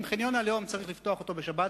אם את חניון הלאום צריך לפתוח בשבת,